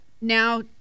now